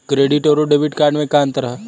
Credit अउरो debit card मे का अन्तर बा?